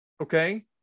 Okay